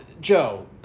Joe